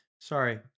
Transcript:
sorry